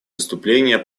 выступление